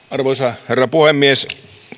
arvoisa herra puhemies